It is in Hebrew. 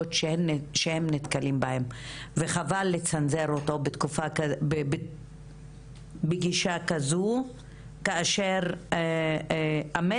שהם נתקלים בהם וחבל לצנזר אותו בגישה כזאת כאשר המסר